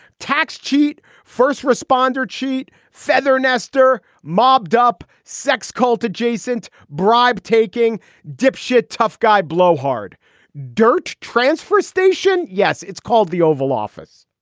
tax cheat first responder cheat feather nestor mobbed up sex cult adjacent bribe taking dipshit tough guy blowhard durch transfer station yes, it's called the oval office